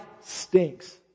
stinks